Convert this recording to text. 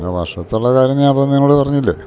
പിന്നെ വർഷത്തുള്ള കാര്യ ഞാപ്പൊ നിന്നോട് പറഞ്ഞില്ലെ